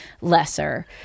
lesser